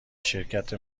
شرکت